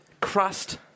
crust